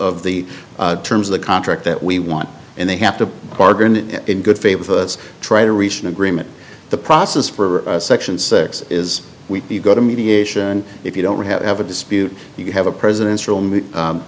of the terms of the contract that we want and they have to bargain in good faith with us try to reach an agreement the process for section six is we go to mediation if you don't have a dispute you have a president